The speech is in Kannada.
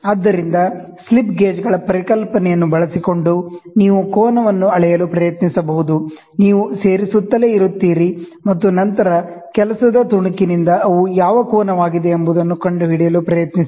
ಆದ್ದರಿಂದ ಸ್ಲಿಪ್ ಗೇಜ್ಗಳ ಪರಿಕಲ್ಪನೆಯನ್ನು ಬಳಸಿಕೊಂಡು ನೀವು ಆಂಗಲ್ ವನ್ನು ಅಳೆಯಲು ಪ್ರಯತ್ನಿಸಬಹುದು ನೀವು ಸೇರಿಸುತ್ತಲೇ ಇರುತ್ತೀರಿ ಮತ್ತು ನಂತರ ವರ್ಕ್ ಪೀಸ್ ನಿಂದ ಅವು ಯಾವ ಕೋನವಾಗಿದೆ ಎಂಬುದನ್ನು ಕಂಡುಹಿಡಿಯಲು ಪ್ರಯತ್ನಿಸಿ